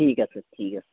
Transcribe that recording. ঠিক আছে ঠিক আছে